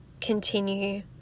continue